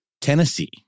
Tennessee